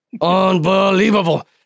Unbelievable